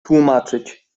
tłumaczyć